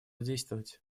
действовать